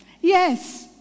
Yes